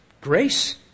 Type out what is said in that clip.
Grace